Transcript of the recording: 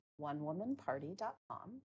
onewomanparty.com